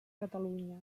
catalunya